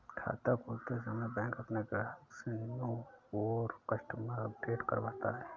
खाता खोलते समय बैंक अपने ग्राहक से नो योर कस्टमर अपडेट करवाता है